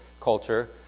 culture